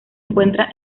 encuentra